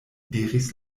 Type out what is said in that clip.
diris